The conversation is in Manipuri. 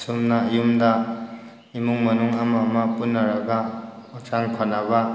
ꯑꯁꯨꯝꯅ ꯌꯨꯝꯗ ꯏꯃꯨꯡ ꯃꯅꯨꯡ ꯑꯃ ꯑꯃ ꯄꯨꯟꯅꯔꯒ ꯍꯛꯆꯥꯡ ꯐꯅꯕ